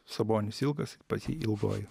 sabonis ilgas pas jį ilgoji